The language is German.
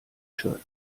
shirt